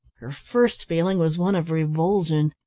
her first feeling was one of revulsion.